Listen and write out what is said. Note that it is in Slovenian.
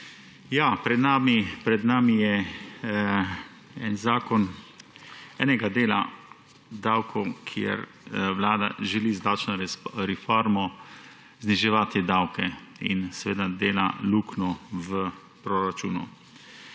Pred nami je en zakon o enem delu davkov, kjer Vlada želi z davčno reformo zniževati davke in seveda dela luknjo v proračunu.